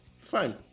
fine